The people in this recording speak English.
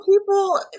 people